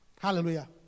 Hallelujah